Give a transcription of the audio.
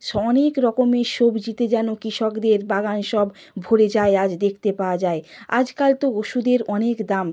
অনেক রকমের সবজিতে যেন কৃষকদের বাগান সব ভরে যায় আজ দেখতে পাওয়া যায় আজকাল তো ওষুধের অনেক দাম